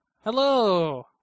Hello